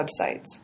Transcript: websites